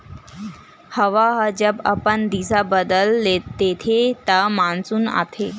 हवा ह जब अपन दिसा बदल देथे त मानसून आथे